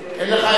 אין לי אלא,